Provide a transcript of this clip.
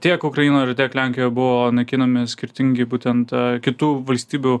tiek ukrainoje ir tiek lenkijoj buvo naikinami skirtingi būtent kitų valstybių